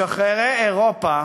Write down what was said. משחררי אירופה